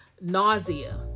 nausea